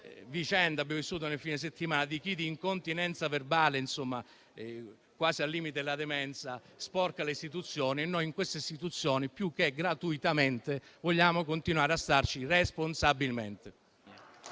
vicenda che abbiamo vissuto nel fine settimana, quella di chi di incontinenza verbale, quasi al limite della demenza, sporca le istituzioni e noi in queste istituzioni, più che gratuitamente, vogliamo continuare a starci responsabilmente.